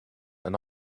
and